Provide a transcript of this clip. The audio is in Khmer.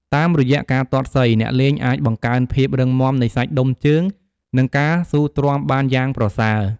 តាមរយៈការទាត់សី អ្នកលេងអាចបង្កើនភាពរឹងមាំនៃសាច់ដុំជើង និងការស៊ូទ្រាំបានយ៉ាងប្រសើរ។